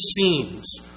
scenes